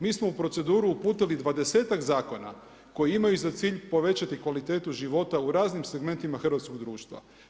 Mi smo u proceduru uputili dvadesetak zakona koji imaju za cilj povećati kvaliteta života u raznim segmentima hrvatskog društva.